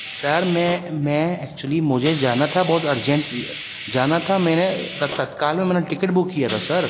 سر میں میں ایکچولی مجھے جانا تھا بہت ارجنٹ جانا تھا میں نے تتکال میں میں نے ٹکٹ بک کیا تھا سر